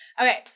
Okay